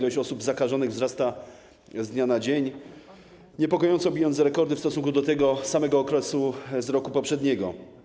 Liczba osób zakażonych wzrasta z dnia na dzień, niepokojąco bijąc rekordy w stosunku do tego samego okresu z roku poprzedniego.